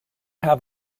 have